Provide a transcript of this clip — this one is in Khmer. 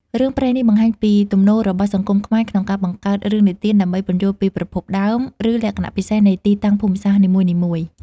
រឿងព្រេងនេះបង្ហាញពីទំនោររបស់សង្គមខ្មែរក្នុងការបង្កើតរឿងនិទានដើម្បីពន្យល់ពីប្រភពដើម ឬលក្ខណៈពិសេសនៃទីតាំងភូមិសាស្ត្រនីមួយៗ។